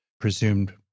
presumed